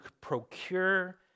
procure